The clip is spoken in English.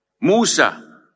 Musa